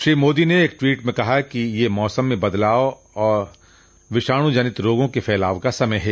श्री मोदी ने एक टवीट में कहा कि यह मौसम में बदलाव और विषाणू जनित रोगों के फैलाव का समय है